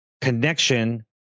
connection